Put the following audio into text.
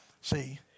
See